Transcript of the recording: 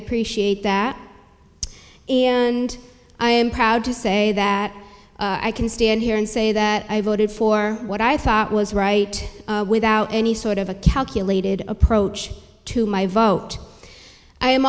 appreciate that and i am proud to say that i can stand here and say that i voted for what i thought was right without any sort of a calculated approach to my vote i am